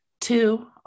Two